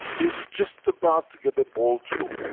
is just about to get the ball through.